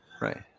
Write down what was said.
right